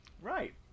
Right